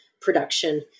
production